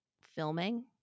filming